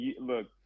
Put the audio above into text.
Look